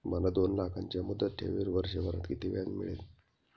मला दोन लाखांच्या मुदत ठेवीवर वर्षभरात किती व्याज मिळेल?